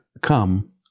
come